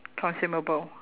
consumable